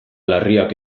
larriak